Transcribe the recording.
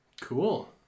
Cool